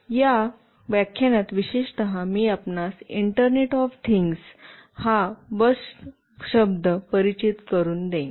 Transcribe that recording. आणि या व्याख्यानात विशेषत मी आपणास इंटरनेट ऑफ थिंग्स हाबज्डवर्ड परिचित करुन देईन